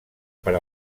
per